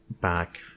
back